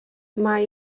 mae